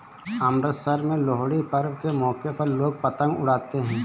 अमृतसर में लोहड़ी पर्व के मौके पर लोग पतंग उड़ाते है